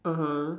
(uh huh)